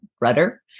rudder